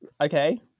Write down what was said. okay